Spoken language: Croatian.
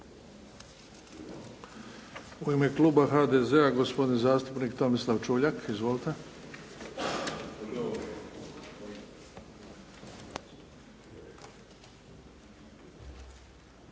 U ime kluba HDZ-a, gospodin zastupnik Tomislav Čuljak. Izvolite.